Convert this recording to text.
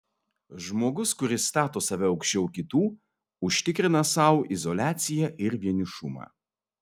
žmogus kuris stato save aukščiau kitų užtikrina sau izoliaciją ir vienišumą